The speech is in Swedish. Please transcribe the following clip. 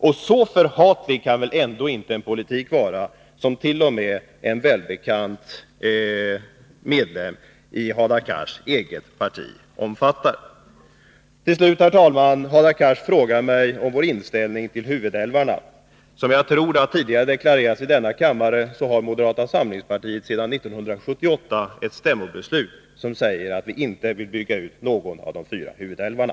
Och så förhatlig kan väl ändå inte en politik vara som t.o.m. en välbekant medlem i Hadar Cars eget parti omfattar! Herr talman! Till slut: Hadar Cars frågar mig om vår inställning till huvudälvarna. Som jag tror att det har deklarerats tidigare i denna kammare fattade moderata samlingspartiets stämma 1978 ett beslut, som säger att vi inte vill bygga ut någon av de fyra huvudälvarna.